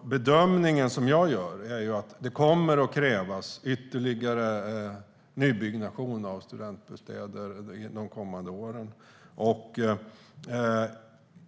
Den bedömning jag gör är att det kommer att krävas ytterligare nybyggnation av studentbostäder under de kommande åren.